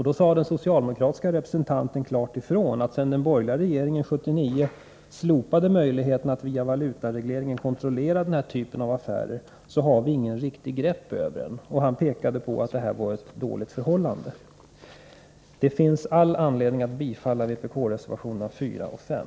Då sade den socialdemokratiske representanten klart ifrån att sedan den borgerliga regeringen 1979 slopade möjligheten att via valutaregleringen kontrollera den här typen av affärer har man inget riktigt grepp över situationen. Man erkände att det var ett dåligt förhållande. Det finns all anledning att bifalla vpk-reservationerna 4 och 5.